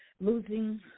losing